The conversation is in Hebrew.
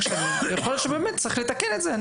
שנים ויכול להיות שבאמת צריך לתקן את זה.